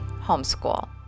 homeschool